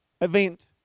event